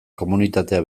komunitatea